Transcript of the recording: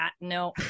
no